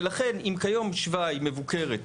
ולכן אם כיום שבא היא מבוקרת,